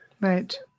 Right